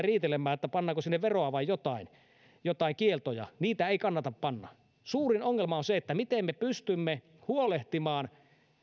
riidellä siitä pannaanko sinne veroa vai jotain jotain kieltoja niitä ei kannata panna on se miten me pystymme huolehtimaan